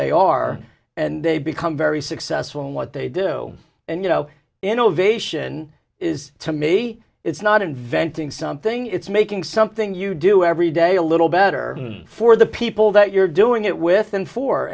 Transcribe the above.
they are and they become very successful in what they do and you know innovation is to maybe it's not inventing something it's making something you do every day a little better for the people all that you're doing it with and fo